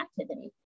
activity